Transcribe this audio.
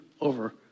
over